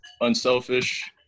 unselfish